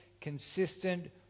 consistent